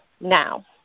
now